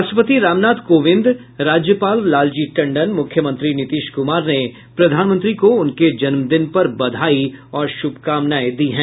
राष्ट्रपति रामनाथ कोविंद राज्यपाल लालजी टंडन मुख्यमंत्री नीतीश कुमार ने प्रधानमंत्री को उनके जन्मदिन पर बधाई और शुभकामनाएं दी हैं